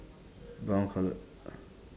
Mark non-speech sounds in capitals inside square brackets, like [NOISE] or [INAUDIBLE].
brown coloured [NOISE]